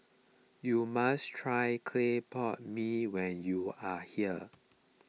you must try Clay Pot Mee when you are here